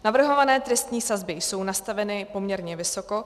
Navrhované trestní sazby jsou nastaveny poměrně vysoko.